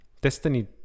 Destiny